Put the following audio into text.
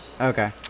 Okay